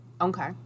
Okay